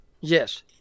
Yes